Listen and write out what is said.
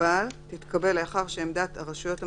מוגבל תתקבל לאחר שעמדת הרשויות המקומיות,